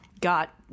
got